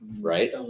right